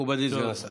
מכובדי סגן השר.